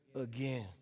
again